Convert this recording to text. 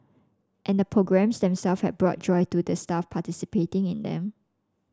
and the programmes them self have brought joy to the staff participating in them